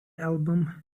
album